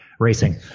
racing